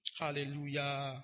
Hallelujah